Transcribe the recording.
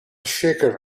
shaker